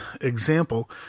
example